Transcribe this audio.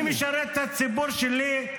אני משרת את הציבור שלי,